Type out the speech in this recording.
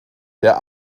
der